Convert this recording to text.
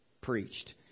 preached